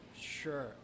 sure